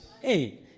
hey